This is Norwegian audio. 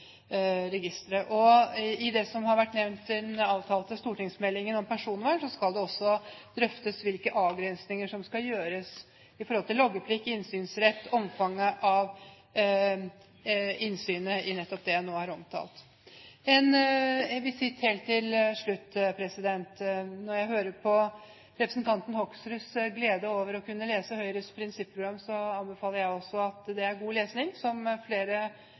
det gjelder det som har vært nevnt om den avtalte stortingsmeldingen om personvern, skal det også drøftes hvilke avgrensninger som skal gjøres når det gjelder loggeplikt, innsynsrett og omfanget av innsynet i nettopp det jeg nå har omtalt. En visitt helt til slutt: Når jeg hører representanten Hoksruds glede over å kunne lese Høyres prinsipprogram, anbefaler jeg det som god lesning og som noe som flere bør lese både oftere og med stor innlevelse. Det er